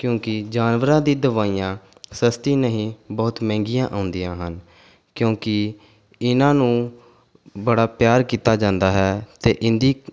ਕਿਉਂਕਿ ਜਾਨਵਰਾਂ ਦੀ ਦਵਾਈਆਂ ਸਸਤੀ ਨਹੀਂ ਬਹੁਤ ਮਹਿੰਗੀਆਂ ਆਉਂਦੀਆਂ ਹਨ ਕਿਉਂਕਿ ਇਹਨਾਂ ਨੂੰ ਬੜਾ ਪਿਆਰ ਕੀਤਾ ਜਾਂਦਾ ਹੈ ਅਤੇ ਇਹਨਾਂ ਦੀ